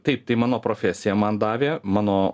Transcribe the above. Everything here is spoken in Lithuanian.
taip tai mano profesija man davė mano